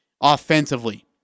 offensively